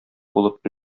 булып